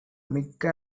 மிக்க